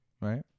right